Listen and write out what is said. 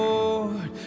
Lord